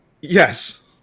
Yes